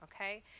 okay